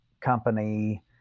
company